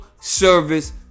service